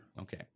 Okay